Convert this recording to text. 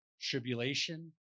tribulation